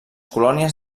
colònies